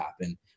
happen